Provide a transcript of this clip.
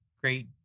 great